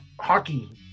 hockey